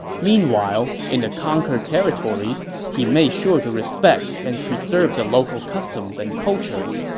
meanwhile, in the conquered territories, he made sure to respect and preserve the local customs and culture,